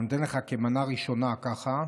אני נותן לך כמנה ראשונה, ככה,